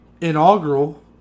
inaugural